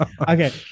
Okay